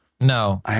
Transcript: No